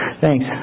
thanks